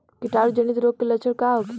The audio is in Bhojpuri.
कीटाणु जनित रोग के लक्षण का होखे?